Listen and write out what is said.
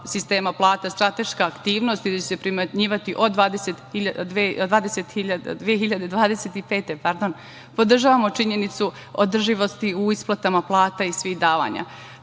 sistema plata strateška aktivnost i da će se primenjivati od 2025. godine, podržavamo činjenicu održivosti u isplatama plata i svih davanja. Istakla